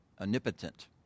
omnipotent